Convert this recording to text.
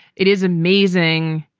it is amazing.